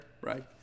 right